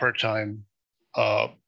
part-time